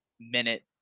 minute